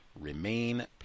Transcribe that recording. remain